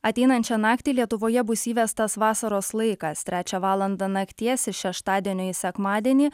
ateinančią naktį lietuvoje bus įvestas vasaros laikas trečią valandą nakties iš šeštadienio į sekmadienį